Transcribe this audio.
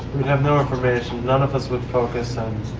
we'd have no information. none of us would focus